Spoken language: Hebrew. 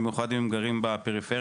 במיוחד אם הם גרים בפריפריה.